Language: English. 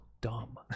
dumb